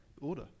order